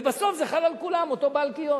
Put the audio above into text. ובסוף זה חל על כולם, על אותו בעל קיוסק.